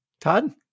Todd